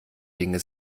dinge